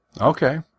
Okay